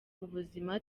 ubuzima